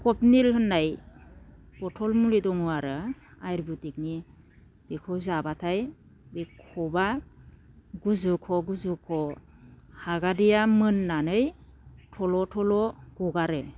काउफनिल होननाय बटल मुलि दङ आरो आयुरवेडिकनि बेखौ जाब्लाथाय बे काउफआ गुजुख' गुजुख' हागादैया मोननानै थल' थल' गगारो